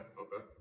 okay